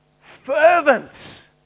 fervent